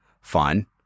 fun